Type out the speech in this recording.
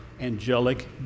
angelic